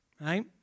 right